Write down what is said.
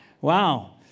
Wow